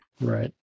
Right